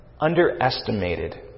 underestimated